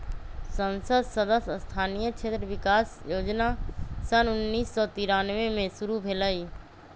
संसद सदस्य स्थानीय क्षेत्र विकास जोजना सन उन्नीस सौ तिरानमें में शुरु भेलई